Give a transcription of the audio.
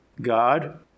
God